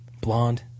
blonde